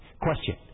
Question